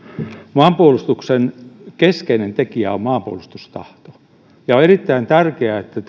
maanpuolustuksen keskeinen tekijä on maanpuolustustahto ja on erittäin tärkeää että